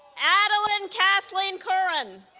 adelyn kathleen curran